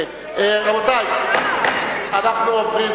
אנחנו עוברים